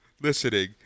listening